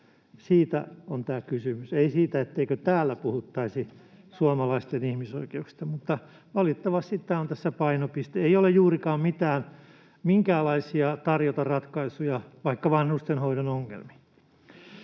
Siitä on kysymys, ei siitä, etteikö täällä puhuttaisi suomalaisten ihmisoikeuksista. Mutta valitettavasti tämä on tässä painopiste. Ei ole juurikaan tarjota minkäänlaisia ratkaisuja vaikka vanhustenhoidon ongelmiin.